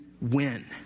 win